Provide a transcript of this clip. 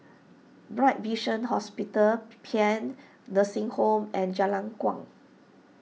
Bright Vision Hospital Paean Nursing Home and Jalan Kuang